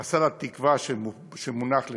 חסר התקווה שמונח לפנינו.